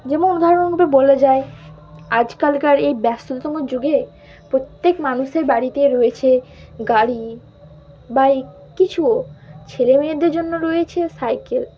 যেমন উদাহরণরূপে বলা যায় আজকালকার এই ব্যস্ততম যুগে প্রত্যেক মানুষের বাড়িতে রয়েছে গাড়ি বাাই কিছুও ছেলে মেয়েদের জন্য রয়েছে সাইকেল